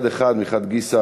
מחד גיסא,